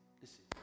listen